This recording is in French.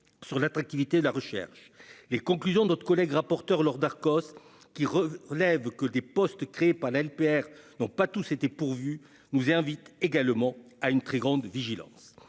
sur l'attractivité de la recherche. Les conclusions de notre collègue rapporteure pour avis Laure Darcos, qui relève que les postes créés par la LPR n'ont pas tous été pourvus, nous invitent également à une très grande vigilance.